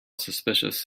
suspicious